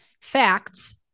facts